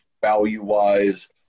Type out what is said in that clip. value-wise